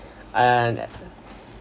and